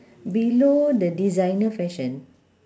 below the designer fashion